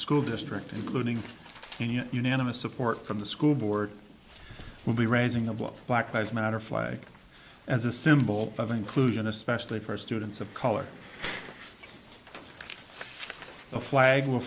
school district including union unanimous support from the school board will be raising of what black eyes matter flag as a symbol of inclusion especially for students of color the flag will